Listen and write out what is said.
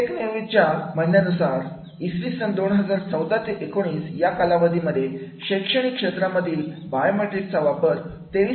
take न्यावीओ च्या म्हणण्याप्रमाणे इसवी सन 2014 ते 2019 या कालावधीमध्ये शैक्षणिक क्षेत्रांमधील बायोमेट्रिक चा वापर 23